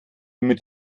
mit